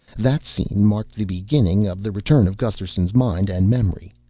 that scene marked the beginning of the return of gusterson's mind and memory.